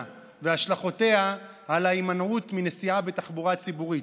והשלכותיה על ההימנעות מנסיעה בתחבורה ציבורית.